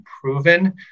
proven